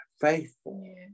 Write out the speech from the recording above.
faithful